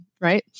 right